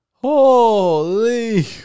Holy